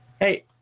hey